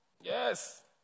yes